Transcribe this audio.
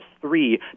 three